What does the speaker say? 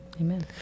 Amen